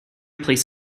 placed